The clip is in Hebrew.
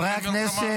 למלחמה,